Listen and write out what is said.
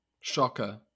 Shocker